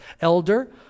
Elder